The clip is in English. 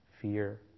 fear